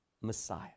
Messiah